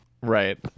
right